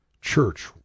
Church